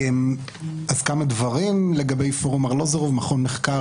כמה דברים לגבי פורום ארלוזורוב זהו מכון מחקר